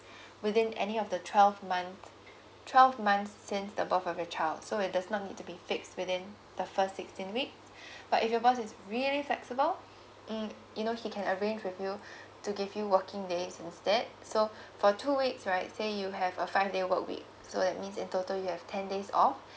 within any of the twelve month twelve months since the birth of the child so is does not need to be fixed within the first sixteen week but if your boss is really flexible mm you know he can arrange with you to give you working days instead so for two weeks right say you have a five day work week so that means in total you have ten days off